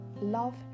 love